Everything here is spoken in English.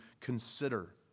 consider